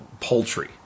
poultry